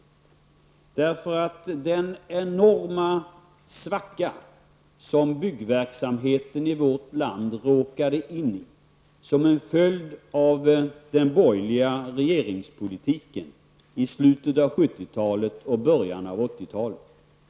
Det har tagit lång tid för den svenska byggmarknaden att ta sig ur den enorma svacka som byggverksamheten i vårt land råkade in i som en följd av den borgerliga regeringspolitiken i slutet av 70-talet och början av 80-talet.